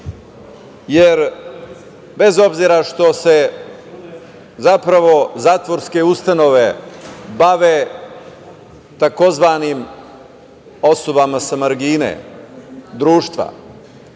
jer bez obzira što se zapravo zatvorske ustanove bave takozvanim osobama sa margine društva,